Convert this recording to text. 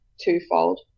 twofold